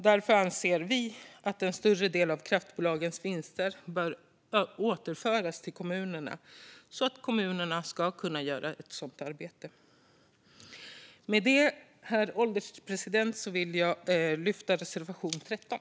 Därför anser vi att en större del av kraftbolagens vinster bör återföras till kommunerna, så att kommunerna kan göra ett sådant arbete. Med detta, herr ålderspresident, vill jag yrka bifall till reservation 13.